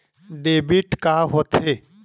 Debit का होथे?